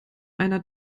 einer